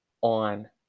on